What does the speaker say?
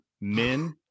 men